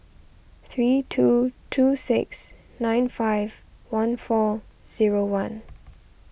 three two two six nine five one four zero one